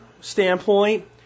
standpoint